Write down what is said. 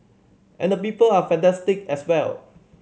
and the people are fantastic as well